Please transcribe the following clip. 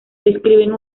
escriben